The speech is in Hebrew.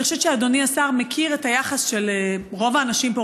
אני חושבת שאדוני השר מכיר את היחס של רוב האנשים פה,